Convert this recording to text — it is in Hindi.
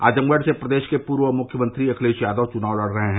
आजमगढ़ से प्रदेश के पूर्व मुख्यमंत्री अखिलेश यादव चुनाव लड़ रहे हैं